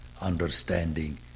understanding